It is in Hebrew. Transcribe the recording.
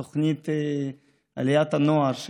בתוכנית עליית הנוער,